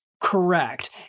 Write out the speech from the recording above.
correct